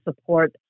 support